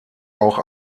auch